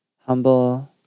humble